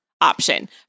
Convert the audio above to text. option